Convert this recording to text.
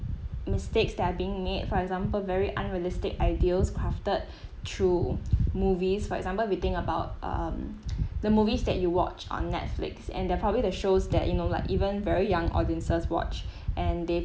mistakes that are being made for example very unrealistic ideas crafted through movies for example we think about um the movies that you watch on netflix and there are probably the shows that you know like even very young audiences watch and they